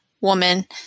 woman